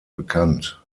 bekannt